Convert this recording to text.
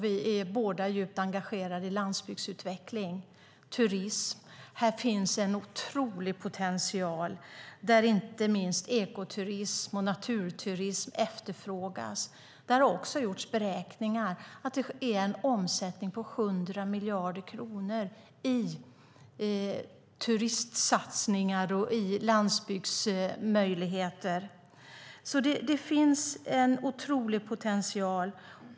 Vi är båda djupt engagerade i landsbygdsutveckling och turism. Här finns en otrolig potential. Inte minst ekoturism och naturturism efterfrågas. Det har gjorts beräkningar som visar att omsättningen när det gäller turistsatsningar ligger på 100 miljarder kronor. Det finns en otrolig potential.